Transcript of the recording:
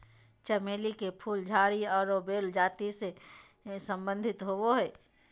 चमेली के फूल झाड़ी आरो बेल जाति से संबंधित होबो हइ